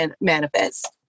manifest